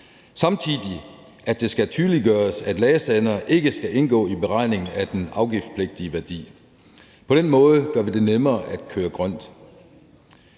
Samtidig skal det tydeliggøres, at ladestandere ikke skal indgå i beregning af den afgiftspligtige værdi. På den måde gør vi det nemmere at køre grønt.